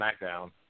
SmackDown